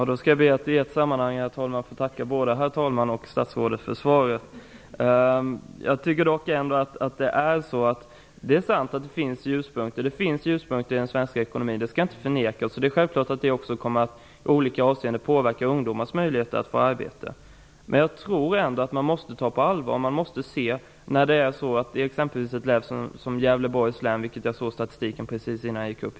Herr talman! Då skall jag i ett sammanhang be att få tacka både herr talman och statsrådet. Det är sant att det finns ljuspunkter i den svenska ekonomin. Det skall jag inte förneka. Det är självklart att detta också i olika avseenden kommer att påverka ungdomars möjlighet att få arbete. Jag tror ändå att man måste ta problemet på allvar. Precis innan jag kom hit såg jag statistiken för Gävleborgs län.